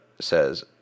says